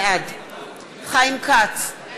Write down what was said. בעד חיים כץ,